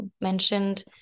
mentioned